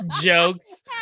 Jokes